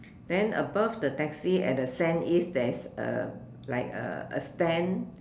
then above the taxi at the sand is there's a like a a stand